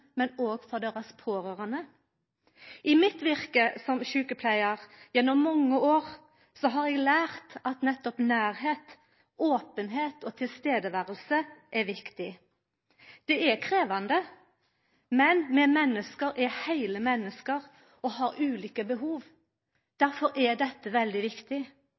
mitt virke som sjukepleiar gjennom mange år har eg lært at nettopp nærleik, openheit og det å vera til stades er viktig. Det er krevjande, men vi menneske er heile menneske og har ulike behov. Difor er dette veldig viktig.